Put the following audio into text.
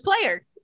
player